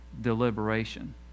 deliberation